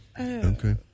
Okay